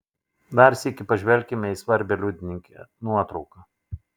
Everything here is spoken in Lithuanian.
dar sykį pažvelkime į svarbią liudininkę nuotrauką